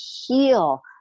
heal